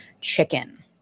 chicken